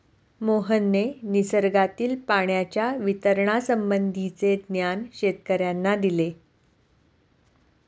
मोहनने निसर्गातील पाण्याच्या वितरणासंबंधीचे ज्ञान शेतकर्यांना दिले